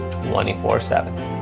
twenty four seven.